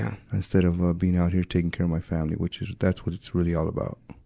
instead of, ah, being out here taking care of my family which is, that's what it's really all about.